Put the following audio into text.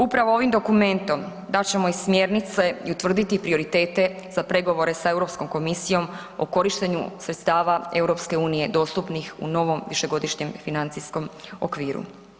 Upravo ovim dokumentom dat ćemo i smjernice i utvrditi prioritete za pregovore sa Europskom komisijom o korištenju sredstava EU dostupnih u novom višegodišnjem financijskom okviru.